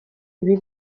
ibi